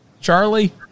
Charlie